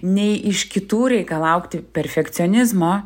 nei iš kitų reikalauti perfekcionizmo